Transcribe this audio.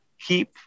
keep